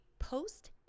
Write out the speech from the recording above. post